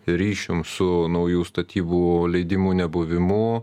ryšium su naujų statybų leidimų nebuvimu